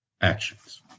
actions